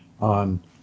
on